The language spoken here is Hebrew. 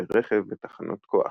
כלי רכב ותחנות כוח.